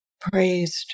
praised